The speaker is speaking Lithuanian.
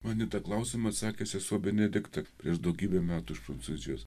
man į tą klausimą atsakė sesuo benedikta prieš daugybę metų iš prancūzijos